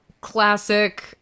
classic